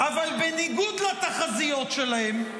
אבל בניגוד לתחזיות שלהם,